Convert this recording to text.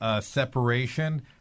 separation